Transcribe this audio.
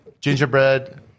gingerbread